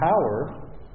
power